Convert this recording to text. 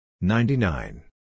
ninety-nine